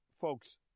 folks